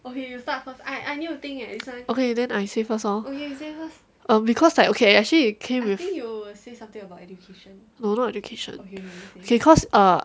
okay then I say first lor um because like okay actually it came with no not education okay cause uh